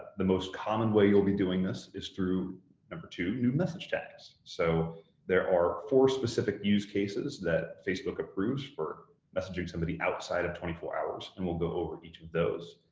the most common way you'll be doing this is through number two, new message tags. so there are four specific use cases that facebook approves for messaging somebody outside of twenty four hours, and we'll go over each of those.